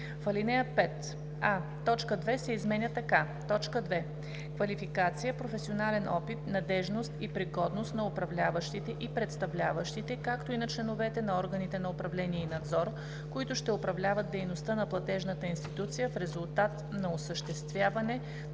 така: „2. квалификация, професионален опит, надеждност и пригодност на управляващите и представляващите, както и на членовете на органите на управление и надзор, които ще управляват дейността на платежната институция в резултат на осъществяване на